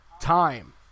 time